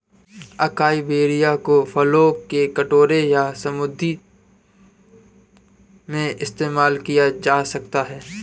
acai berries को फलों के कटोरे या स्मूदी में इस्तेमाल किया जा सकता है